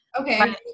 Okay